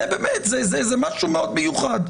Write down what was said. זה באמת משהו מאוד מיוחד,